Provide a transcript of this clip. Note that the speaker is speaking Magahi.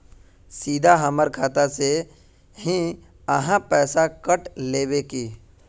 सीधा हमर खाता से ही आहाँ पैसा काट लेबे की?